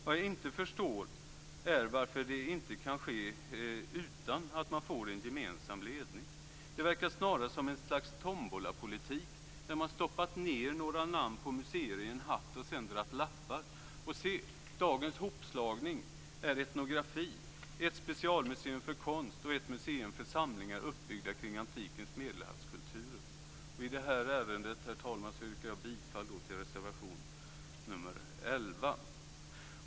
Vad jag inte förstår är varför det inte kan ske utan att man får en gemensam ledning. Det verkar snarast vara ett slags tombolapolitik, där man stoppat ned några namn på museer i en hatt och sedan dragit lappar, och se - dagens hopslagning är etnografi, ett specialmuseum för konst och ett museum för samlingar uppbyggda kring antikens Medelhavskulturer. I det här ärendet, herr talman, yrkar jag bifall till reservation 11.